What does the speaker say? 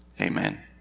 Amen